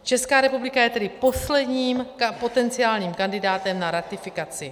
Česká republika je tedy posledním potenciálním kandidátem na ratifikaci.